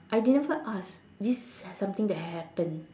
I didn't even asked this is something that had happened